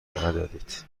ندارید